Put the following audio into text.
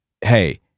Hey